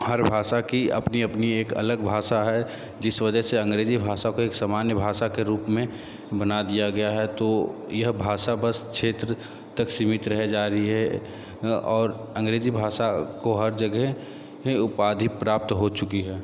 हर भाषा की अपनी अपनी एक अलग भाषा है जिस वजह से अंग्रेजी भाषा को एक सामान्य भाषा के रूप में बना दिया गया है तो यह भाषा बस क्षेत्र तक सीमित रह जा रही है और अंग्रेजी भाषा को हर जगह ही उपाधि प्राप्त हो चुकी है